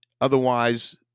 Otherwise